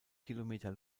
kilometer